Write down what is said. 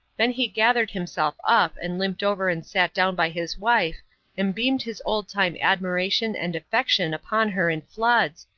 then he gathered himself up and limped over and sat down by his wife and beamed his old-time admiration and affection upon her in floods,